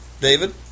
David